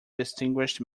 distinguished